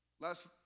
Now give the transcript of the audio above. Last